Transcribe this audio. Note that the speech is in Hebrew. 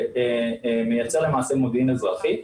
מייצא למעשה מודיעין אזרחי.